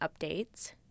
updates